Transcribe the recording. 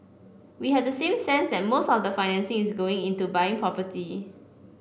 we have the same sense that most of the financing is going into buying property